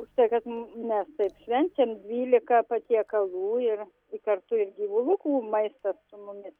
už tai kad mes taip švenčiam dvylika patiekalų ir i kartu ir gyvulukų maistas su mumis